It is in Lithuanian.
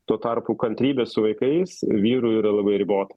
tuo tarpu kantrybė su vaikais vyrų yra labai ribota